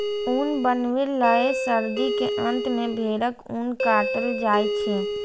ऊन बनबै लए सर्दी के अंत मे भेड़क ऊन काटल जाइ छै